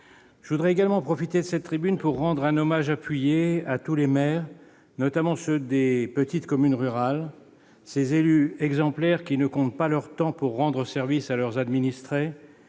Je voudrais également profiter de cette tribune pour rendre un hommage appuyé à tous les maires, notamment ceux des petites communes rurales. Ce sont des élus exemplaires qui ne comptent pas leur temps pour rendre service à leurs administrés